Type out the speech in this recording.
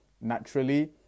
naturally